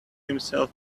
himself